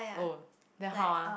oh then how ah